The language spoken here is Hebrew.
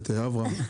ואת אברהם.